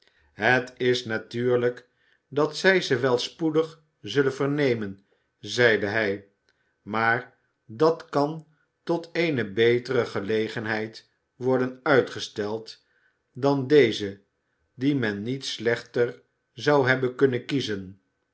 het is natuurlijk dat zij ze wel spoedig zullen vernemen zeide hij maar dat kan tot eene betere gelegenheid worden uitgesteld dan deze die men niet slechter zou hebben kunnen kiezen